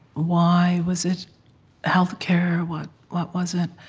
why. was it healthcare? what what was it?